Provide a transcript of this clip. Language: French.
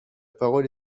parole